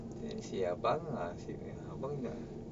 then say abang ah abang nak ni